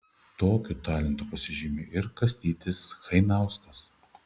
tokiu talentu pasižymi ir kastytis chainauskas